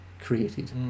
created